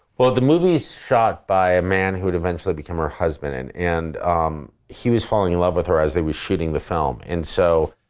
well, the movie's shot by a man who would eventually become her husband and and um he was falling in love with her as they were shooting the film. and so,